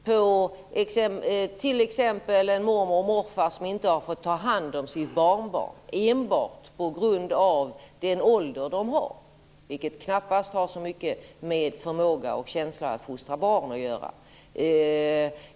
Ett gäller en mormor och morfar som inte har fått ta hand om sitt barnbarn, och detta enbart på grund av deras ålder, vilket knappast har så mycket med förmåga och känsla för att fostra barn att göra.